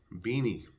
Beanie